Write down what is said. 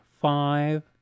five